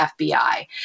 FBI